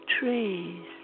trees